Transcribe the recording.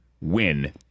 Win